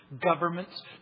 Governments